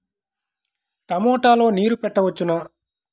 టమాట లో నీరు పెట్టవచ్చునా?